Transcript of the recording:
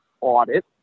audit